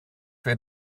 wir